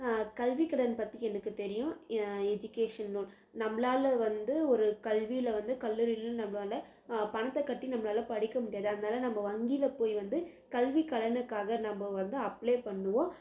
கல்வி கடன் பற்றி எனக்கு தெரியும் எஜிகேஷன் லோன் நம்மளால வந்து ஒரு கல்வியில் வந்து கல்லூரியில் நம்மளால பணத்தை கட்டி நம்மளால படிக்க முடியாது அதனால நம்ம வங்கியில் போய் வந்து கல்வி கடனுக்காக நம்ம வந்து அப்ளை பண்ணுவோம்